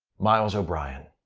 miles o'brien.